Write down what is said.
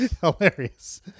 hilarious